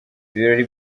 ibirori